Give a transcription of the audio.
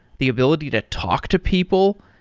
the ability to talk to people.